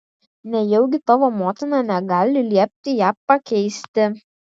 nejaugi tavo motina negali liepti ją pakeisti